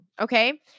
Okay